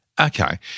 Okay